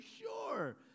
sure